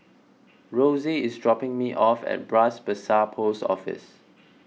Rosy is dropping me off at Bras Basah Post Office